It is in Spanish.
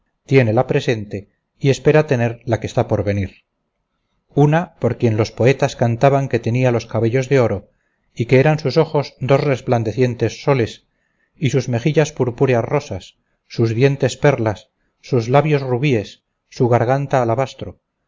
tiene la presente y espera tener la que está por venir una por quien los poetas cantaban que tenía los cabellos de oro y que eran sus ojos dos resplandecientes soles y sus mejillas purpúreas rosas sus dientes perlas sus labios rubíes su garganta alabastro